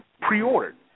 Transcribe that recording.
pre-ordered